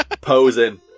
Posing